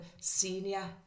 senior